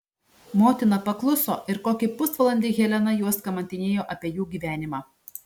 motina pakluso ir kokį pusvalandį helena juos kamantinėjo apie jų gyvenimą